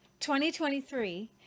2023